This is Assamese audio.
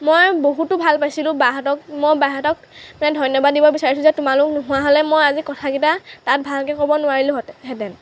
মই বহুতো ভাল পাইছিলোঁ বাহঁতক মই বাহঁতক মই ধন্যবাদ দিব বিচাৰিছোঁ যে তোমালোক নোহোৱা হ'লে মই আজি কথাকেইটা তাত ভালকে ক'ব নোৱাৰিলোহেঁতেন